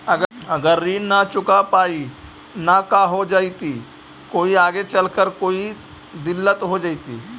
अगर ऋण न चुका पाई न का हो जयती, कोई आगे चलकर कोई दिलत हो जयती?